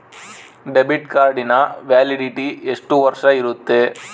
Debit ಕಾರ್ಡಿನ validity ಎಷ್ಟು ವರ್ಷ ಇರುತ್ತೆ?